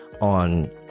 on